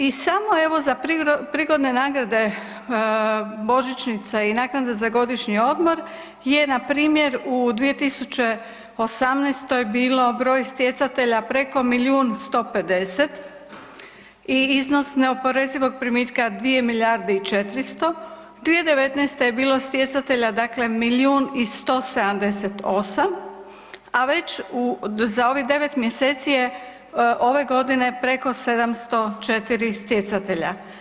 I samo evo samo za prigodne nagrade božićnica i naknada za godišnji odmor je npr. u 2018. bilo broj stjecatelja preko milijun 150 i iznos neoporezivog primitka 2 milijarde i 400. 2019. je bilo stjecatelja dakle milijun i 178, a već za ovih 9 mjeseci je ove godine preko 704 stjecatelja.